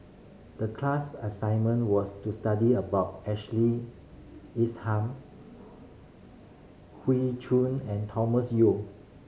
the class assignment was to study about Ashley Isham Choon and Thomas Yeo